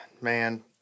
man